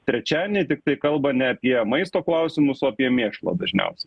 trečiadienį tiktai kalba ne apie maisto klausimus o apie mėšlą dažniausiai